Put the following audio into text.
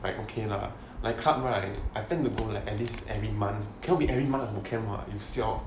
like okay lah like club right I tend to go like at least every month cannot be every month got camp you siao